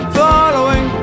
following